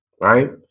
right